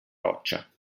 roccia